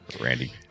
Randy